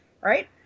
right